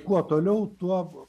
kuo toliau tuo